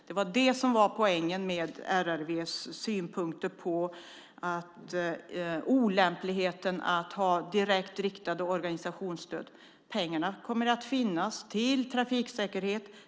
Det var det som var poängen med RRV:s synpunkter på olämpligheten av att ha direkt organisationsstöd. Pengarna kommer att finnas till trafiksäkerhet.